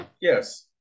Yes